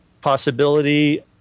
possibility